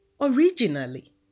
originally